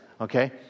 okay